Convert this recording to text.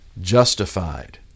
justified